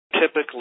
Typically